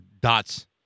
dots